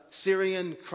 Syrian